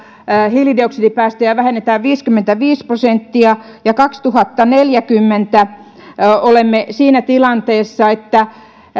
hiilidioksidipäästöjä vähennetään viisikymmentäviisi prosenttia ja vuonna kaksituhattaneljäkymmentä olemme siinä tilanteessa että